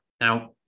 Now